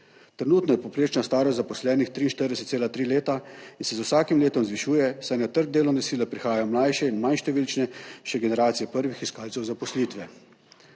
Trenutno je povprečna starost zaposlenih 43,3 leta in se z vsakim letom zvišuje, saj na trg delovne sile prihajajo mlajše in manj številčnejše generacije prvih iskalcev zaposlitve.